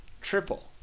Triple